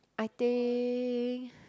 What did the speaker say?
I think